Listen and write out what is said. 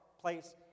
place